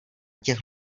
těch